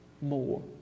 more